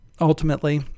ultimately